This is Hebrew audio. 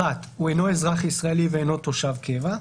(1) הוא אינו אזרח ישראלי ואינו תושב קבע,